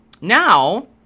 now